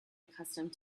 accustomed